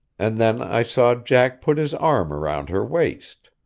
and then i saw jack put his arm round her waist.